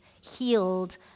healed